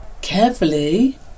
Carefully